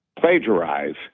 plagiarize